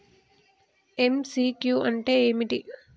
MCQ అంటే ఏమిటి?